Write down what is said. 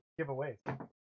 Giveaways